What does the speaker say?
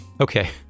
Okay